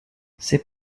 ses